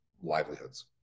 livelihoods